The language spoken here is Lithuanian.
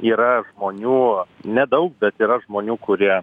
yra žmonių nedaug bet yra žmonių kurie